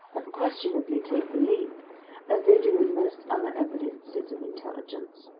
unquestionably take the lead as they do in most other evidences of intelligence.